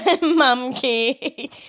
Monkey